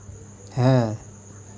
है